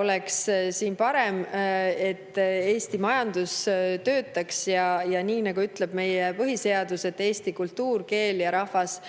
oleks siin parem, et Eesti majandus töötaks ja, nii nagu ütleb meie põhiseadus, et eesti kultuur, keel ja rahvas